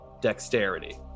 dexterity